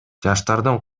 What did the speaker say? жаштардын